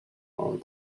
are